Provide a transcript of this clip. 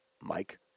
Mike